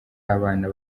abana